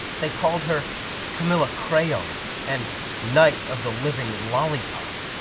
they called her camilla crayon and night of the living lollipop.